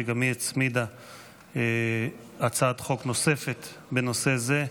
שהצמידה הצעת חוק נוספת בנושא זה,